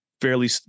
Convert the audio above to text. fairly